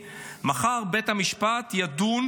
שחלקן לא קשורות למאמץ המלחמתי,